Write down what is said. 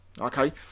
okay